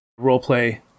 Roleplay